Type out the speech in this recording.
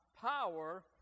power